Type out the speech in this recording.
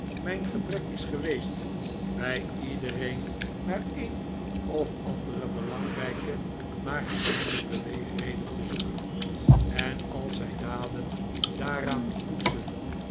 mijn gebrek is geweest bij iedereen naar een of andere belangrijke maar geheime beweegreden te zoeken en al zijn daden daaraan te toetsen